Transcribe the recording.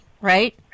right